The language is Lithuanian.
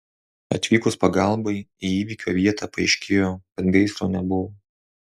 atvykus pagalbai į įvykio vietą paaiškėjo kad gaisro nebuvo